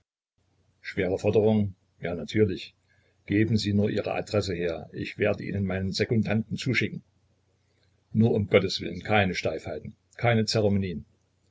schwere forderung ja natürlich geben sie nur ihre adresse her ich werde ihnen meinen sekundanten zuschicken nur um gotteswillen keine steifheiten keine zeremonien